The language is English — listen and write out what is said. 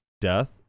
Death